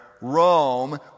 Rome